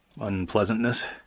unpleasantness